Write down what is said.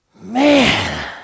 Man